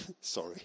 Sorry